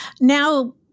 Now